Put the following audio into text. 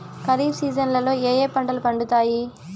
ఖరీఫ్ సీజన్లలో ఏ ఏ పంటలు పండుతాయి